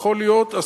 יכול להיות,